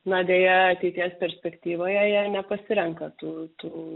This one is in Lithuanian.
na deja ateities perspektyvoje jie nepasirenka tų tų